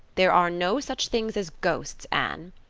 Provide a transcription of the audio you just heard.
there are no such things as ghosts, anne.